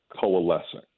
coalescing